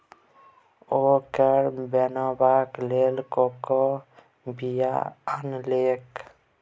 ओ cake बनेबाक लेल कोकोक बीया आनलकै